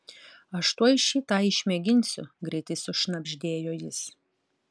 aš tuoj šį tą išmėginsiu greitai sušnabždėjo jis